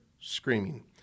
screaming